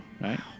right